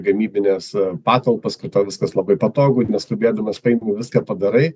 gamybines patalpas viskas labai patogu neskubėdamas paimi viską padarai